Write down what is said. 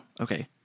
okay